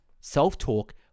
Self-talk